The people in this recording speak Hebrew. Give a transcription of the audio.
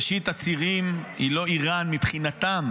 ראשית הצירים היא לא איראן מבחינתם,